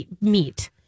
meat